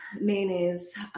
mayonnaise